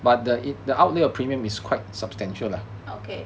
okay